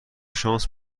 شانس